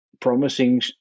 promising